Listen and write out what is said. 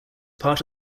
part